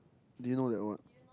didn't know that one